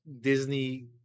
Disney